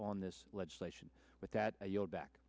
on this legislation but that you'll back